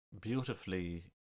beautifully